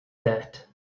that